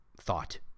thought